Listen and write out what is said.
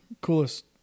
Coolest